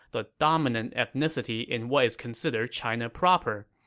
the dominant ethnicity in what is considered china proper,